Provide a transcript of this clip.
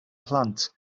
plant